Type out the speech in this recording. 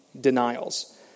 denials